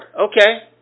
Okay